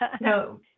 no